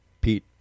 Pete